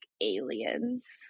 aliens